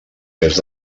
pes